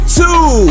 two